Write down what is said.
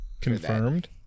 Confirmed